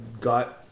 got